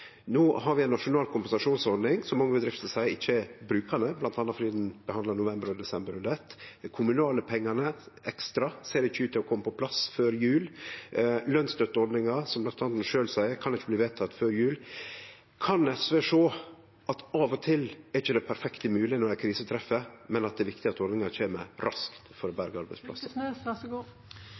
No har vi ei nasjonal kompensasjonsordning som mange bedrifter seier ikkje er brukande, bl.a. fordi ho behandlar november og desember under eitt. Dei kommunale pengane ekstra ser ikkje ut til å kome på plass før jul. Lønsstøtteordninga kan ikkje, som representanten sjølv seier, bli vedteken før jul. Kan SV sjå at av og til er ikkje det perfekte mogleg når ei krise treffer, men at det er viktig at ordninga kjem raskt for